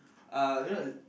uh you know